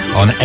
on